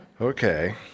Okay